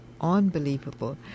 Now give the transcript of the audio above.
unbelievable